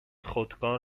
خودکار